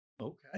Okay